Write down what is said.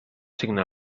signar